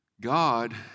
God